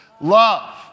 love